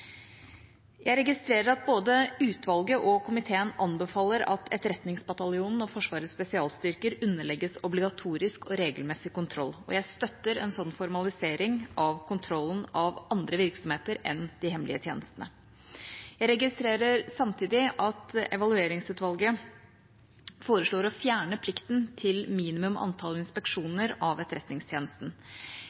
Jeg registrerer at både utvalget og komiteen anbefaler at Etterretningsbataljonen og Forsvarets spesialstyrker underlegges obligatorisk og regelmessig kontroll, og jeg støtter en slik formalisering av kontrollen av andre virksomheter enn de hemmelige tjenestene. Jeg registrerer samtidig at Evalueringsutvalget foreslår å fjerne plikten til et minimum antall inspeksjoner av Etterretningstjenesten.